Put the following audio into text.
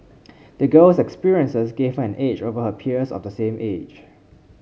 the girl's experiences gave her an edge over her peers of the same age